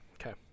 okay